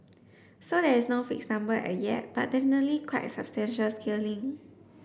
so there is no fixed number as yet but definitely quite substantial scaling